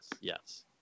yes